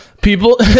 people